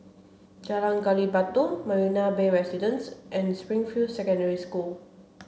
Jalan Gali Batu Marina Bay Residences and Springfield Secondary School